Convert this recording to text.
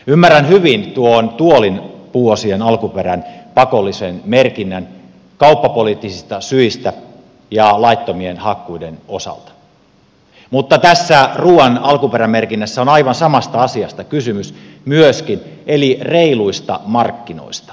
ymmärrän hyvin tuon tuolin puuosien alkuperän pakollisen merkinnän kauppapoliittisista syistä ja laittomien hakkuiden osalta mutta tässä ruuan alkuperämerkinnässä on aivan samasta asiasta kysymys eli reiluista markkinoista